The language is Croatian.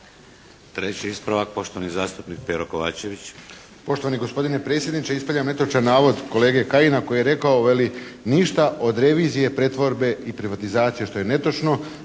Treći ispravak poštovani zastupnik Pero Kovačević.